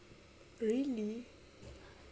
really